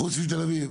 חוץ מתל אביב.